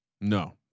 No